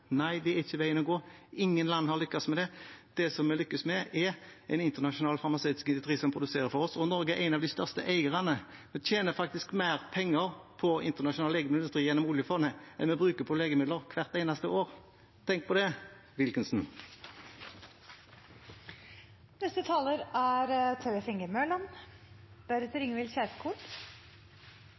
Nei, det er ikke veien å gå. Ingen land har lyktes med det. Det som vi lykkes med, er en internasjonal farmasøytisk industri som produserer for oss, og Norge er en av de største eierne. Vi tjener faktisk mer penger på internasjonal legemiddelindustri gjennom oljefondet enn vi bruker på legemidler hvert eneste år. Tenk på det,